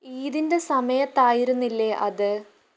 ഈദിൻ്റെ സമയത്തായിരുന്നില്ലേ അത്